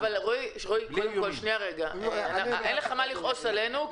רועי, אין לך מה לכעוס עלינו.